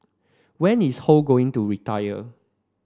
when is Ho going to retire